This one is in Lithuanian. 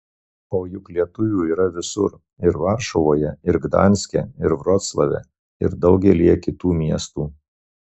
o juk lietuvių yra visur ir varšuvoje ir gdanske ir vroclave ir daugelyje kitų miestų